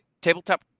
tabletop